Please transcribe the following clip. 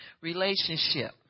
relationship